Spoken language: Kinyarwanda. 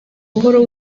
buhoro